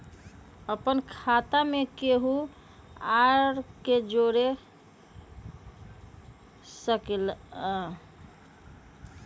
अपन खाता मे केहु आर के जोड़ सके ला?